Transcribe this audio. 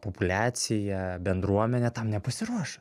populiacija bendruomenė tam nepasiruošus